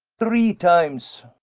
three times.